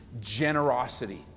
generosity